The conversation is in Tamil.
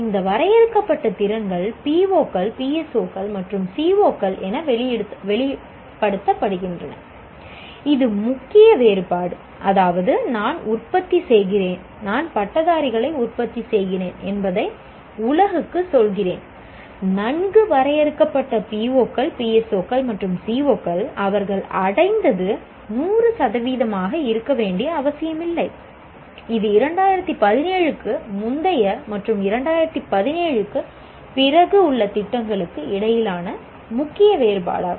இந்த வரையறுக்கப்பட்ட திறன்கள் PO கள் PSO கள் மற்றும் CO கள் என வெளிப்படுத்தப்படுகின்றன இது முக்கிய வேறுபாடு அதாவது நான் உற்பத்தி செய்கிறேன் நான் பட்டதாரிகளை உற்பத்தி செய்கிறேன் என்பதை உலகுக்கு சொல்கிறேன் நன்கு வரையறுக்கப்பட்ட PO கள் PSO கள் மற்றும் CO கள் அவர்கள் அடைந்தது 100 சதவீதமாக இருக்க வேண்டிய அவசியமில்லை இது 2017 க்கு முந்தைய மற்றும் 2017 க்குப் பிறகு உள்ள திட்டங்களுக்கு இடையிலான முக்கிய வேறுபாடாகும்